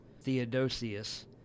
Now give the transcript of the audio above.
Theodosius